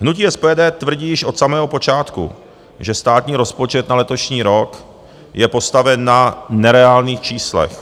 Hnutí SPD tvrdí již od samého počátku, že státní rozpočet na letošní rok je postaven na nereálných číslech.